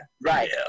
Right